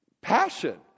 passion